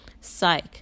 Psych